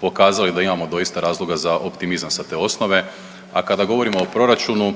pokazao je da imamo doista razloga za optimizam sa te osnove. A kada govorimo o proračunu